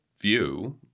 view